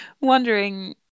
wondering